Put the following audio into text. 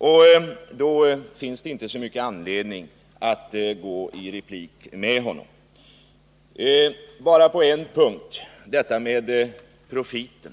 Det finns då inte så stor anledning att gå i polemik med honom, utom på en punkt. Den gäller ”profiten”.